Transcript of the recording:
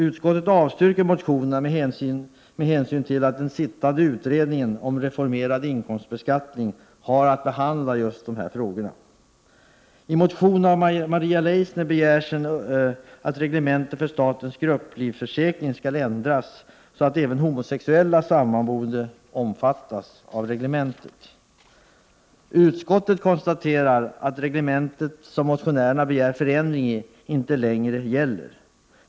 Utskottet avstyrker motionerna med hänsyn till att den sittande utredningen om reformerad inkomstbeskattning har att behandla just dessa frågor. Utskottet konstaterar att det reglemente som motionären begär förändringar i inte längre gäller.